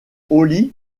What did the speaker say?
holly